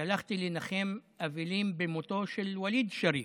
כשהלכתי לנחם אבלים במותו של ווליד שריף,